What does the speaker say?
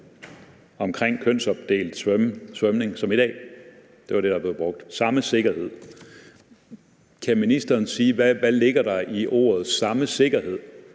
omkring kønsopdelt svømning som i dag. Det var det, der blev brugt: samme sikkerhed. Kan ministeren sige, hvad der ligger i ordene samme sikkerhed?